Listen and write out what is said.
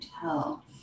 tell